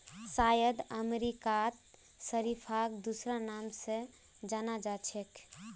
शायद अमेरिकात शरीफाक दूसरा नाम स जान छेक